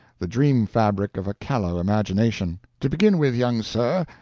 the dream fabric of a callow-imagination. to begin with, young sir,